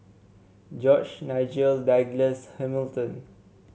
George Nigel Douglas Hamilton